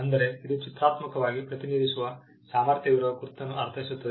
ಅಂದರೆ ಇದು ಚಿತ್ರಾತ್ಮಕವಾಗಿ ಪ್ರತಿನಿಧಿಸುವ ಸಾಮರ್ಥ್ಯವಿರುವ ಗುರುತನ್ನು ಅರ್ಥೈಸುತ್ತದೆ